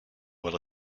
well